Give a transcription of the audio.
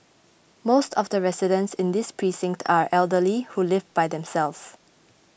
most of the residents in this precinct are elderly who live by themselves